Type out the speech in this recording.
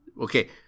Okay